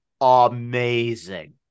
amazing